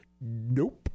nope